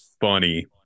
funny